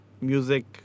music